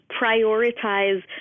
prioritize